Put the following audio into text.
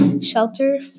Shelter